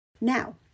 Now